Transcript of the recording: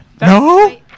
No